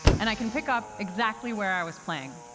and i can pick up exactly where i was playing.